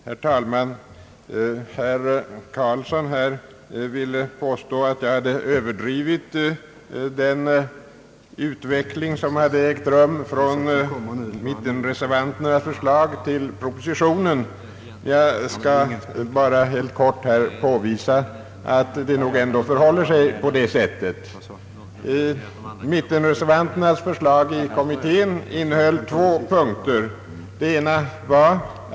Herr talman! Herr Karlsson ville göra gällande att jag hade överdrivit den utveckling som ägt rum från mittenreservanternas förslag i kommittén till propositionen. Jag vill bara i korthet påvisa, att det nog ändå förhåller sig så som jag har sagt. Mittenreservanternas förslag i kommittén innehöll två punkter.